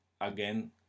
again